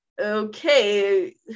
okay